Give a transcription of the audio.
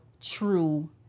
true